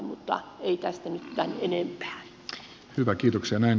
mutta ei tästä nyt tämän enempää